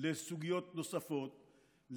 לסוגיות נוספות,